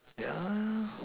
yeah